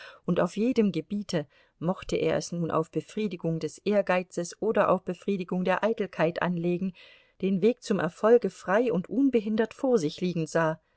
und auf jedem gebiete mochte er es nun auf befriedigung des ehrgeizes oder auf befriedigung der eitelkeit anlegen den weg zum erfolge frei und unbehindert vor sich liegen sah